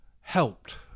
helped